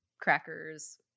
crackers